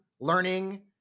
learning